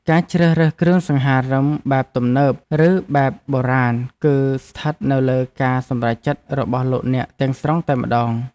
ការជ្រើសរើសគ្រឿងសង្ហារិមបែបទំនើបឬបែបបុរាណគឺស្ថិតនៅលើការសម្រេចចិត្តរបស់លោកអ្នកទាំងស្រុងតែម្ដង។